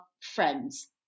friends